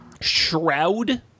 Shroud